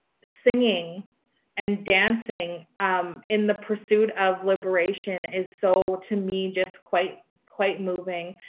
singing and dancing um in the pursuit of liberation is so, to me, just quite quite moving.